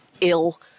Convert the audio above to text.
ill